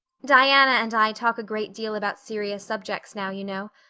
diana and i talk a great deal about serious subjects now, you know.